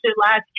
last